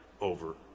over